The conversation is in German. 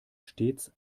stets